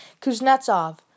Kuznetsov